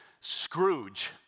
Scrooge